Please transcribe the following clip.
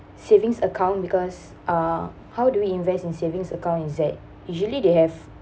savings account because uh how do we invest in savings account is like usually they have